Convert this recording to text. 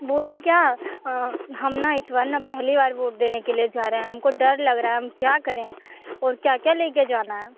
बोलें क्या हम ना इस बार ना पहली बार वोट देने के लिए जा रहें हम हमको डर लग रहा हम क्या करें और क्या क्या ले कर जाना है